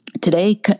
Today